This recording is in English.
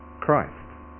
Christ